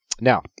Now